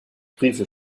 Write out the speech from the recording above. briefe